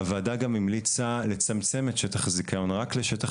הוועדה גם המליצה לצמצם את שטח הזיכיון רק לשטח